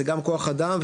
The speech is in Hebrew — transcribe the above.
זה גם כוח אדם,